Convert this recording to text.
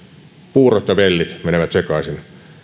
puurot ja vellit menevät sekaisin